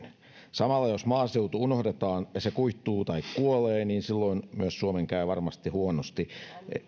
samalla jos maaseutu unohdetaan ja se kuihtuu tai kuolee silloin myös suomen käy varmasti huonosti